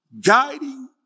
guiding